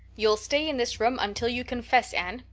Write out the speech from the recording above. you'll stay in this room until you confess, anne.